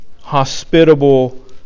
hospitable